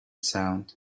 sound